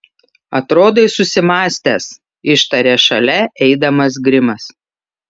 atrodai susimąstęs ištarė šalia eidamas grimas